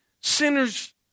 sinners